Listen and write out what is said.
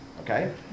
Okay